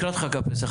לקראת חג הפסח,